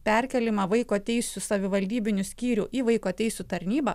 perkėlimą vaiko teisių savivaldybinių skyrių į vaiko teisių tarnybą